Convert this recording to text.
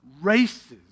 races